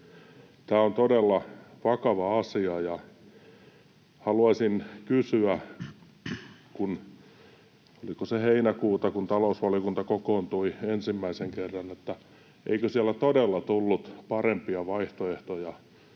Tämä on todella vakava asia, ja haluaisin kysyä: kun talousvaliokunta kokoontui ensimmäisen kerran — oliko se heinäkuuta — niin eikö siellä todella tullut parempia vaihtoehtoja